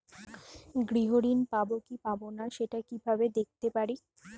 গৃহ ঋণ পাবো কি পাবো না সেটা কিভাবে দেখতে পারি?